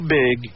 big